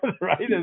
right